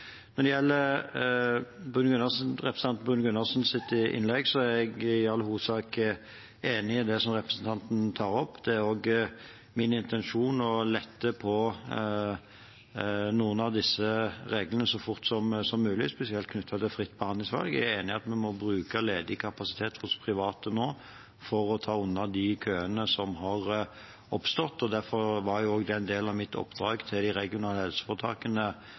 er jeg i all hovedsak enig i det representanten tar opp. Det er også min intensjon å lette på noen av disse reglene så fort som mulig, spesielt knyttet til fritt behandlingsvalg. Jeg er enig i at vi må bruke ledig kapasitet hos private nå for å ta unna de køene som har oppstått, og derfor var den delen av mitt oppdrag til de regionale helseforetakene